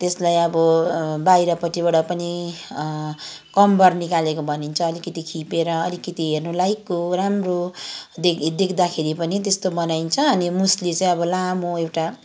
त्यसलाई अब बाहिरपट्टिबाट पनि कम्मर निकालेको भनिन्छ अलिकति खिपेर अलिकति हेर्नु लायकको राम्रो देख् देख्दाखेरि पनि त्यस्तो बनाइन्छ अनि मुस्ली चाहिँ अब लामो एउटा